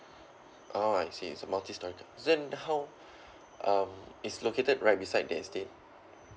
orh I see is a multi storey then how um it's located right beside the estate